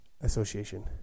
Association